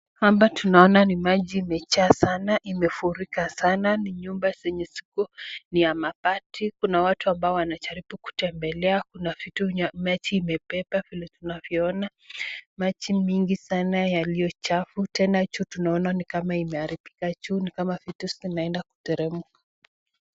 Hapa tunaona ni maji imejaa sana imefurika sana ni nyumba zenye ziko juu ya mabati kuna watu wanajaribu kutembelea kuna vitu maji imebeba tunavyoona maji mingi sana yaliyo chafu. Tena juu tunaona ni kama imeharibika juu ni kama vitu zinaenda kuteremka.